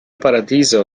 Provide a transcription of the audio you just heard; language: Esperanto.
paradizo